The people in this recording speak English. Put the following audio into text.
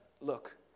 Look